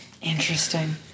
Interesting